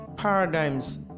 paradigms